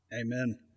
amen